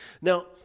Now